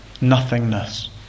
nothingness